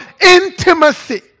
intimacy